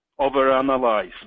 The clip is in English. overanalyze